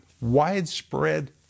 widespread